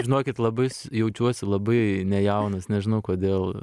žinokit labai s jaučiuosi labai nejaunas nežinau kodėl